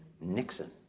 Nixon